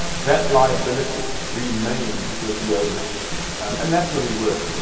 that liability remains with the owner and that's where we were.